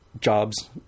jobs